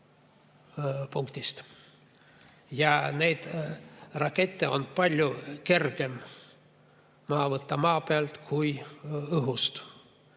punktist ja neid rakette on palju kergem maha võtta maa pealt kui õhust.